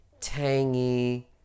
tangy